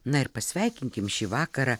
na ir pasveikinkim šį vakarą